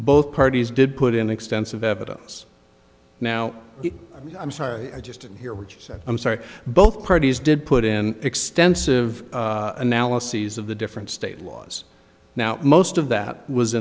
both parties did put in extensive evidence now i'm sorry i just didn't hear what you said i'm sorry both parties did put in extensive analyses of the different state laws now most of that was